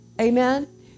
Amen